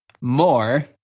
more